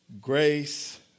grace